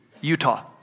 Utah